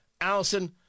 Allison